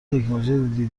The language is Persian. تکنولوژی